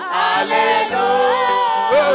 hallelujah